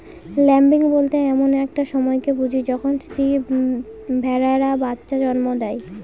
lambing বলতে এমন একটা সময়কে বুঝি যখন স্ত্রী ভেড়ারা বাচ্চা জন্ম দেয়